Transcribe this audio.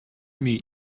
meet